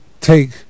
take